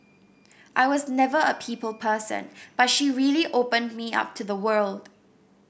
I was never a people person but she really opened me up to the world